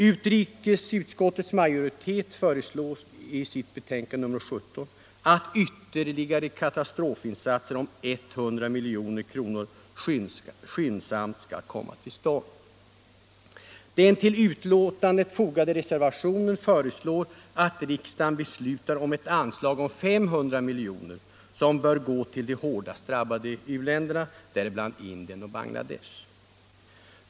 Utrikesutskottets majoritet föreslår i sitt betänkande nr 17 att ytterligare katastrofinsatser om 100 miljoner kronor skyndsamt skall komma till stånd. Den till betänkandet fogade reservationen föreslår att riksdagen beslutar om ett anslag på 500 miljoner som bör gå till de hårdast drabbade u-länderna, däribland Indien och Bangladesh.